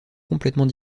complètement